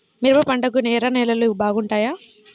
మిరప పంటకు ఎర్ర నేలలు బాగుంటాయా?